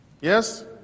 Yes